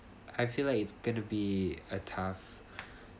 I feel like it's gonna be a tough